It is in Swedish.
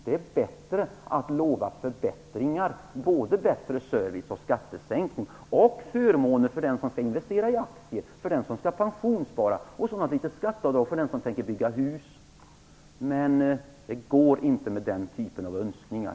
Det är bättre att lova förbättringar - bättre service, skattesänkningar och förmåner för den som skall investera i aktier och för den som skall pensionsspara. Dessutom har vi ett litet skatteavdrag för den som tänker bygga hus. Men det fungerar inte med den typen av önskningar.